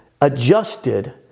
adjusted